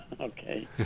okay